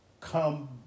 come